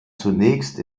zunächst